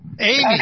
Amy